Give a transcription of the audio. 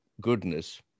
goodness